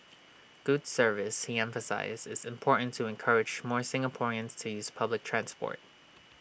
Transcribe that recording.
good service he emphasised is important to encourage more Singaporeans to use public transport